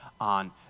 on